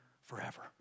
forever